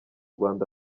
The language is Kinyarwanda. rwanda